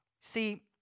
See